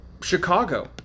Chicago